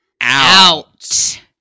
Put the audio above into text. Out